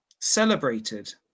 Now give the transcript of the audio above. celebrated